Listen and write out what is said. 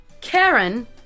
Karen